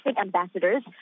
ambassadors